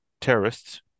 terrorists